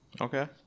Okay